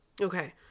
Okay